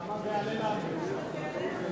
כמה זה יעלה לנו, אדוני שר האוצר?